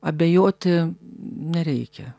abejoti nereikia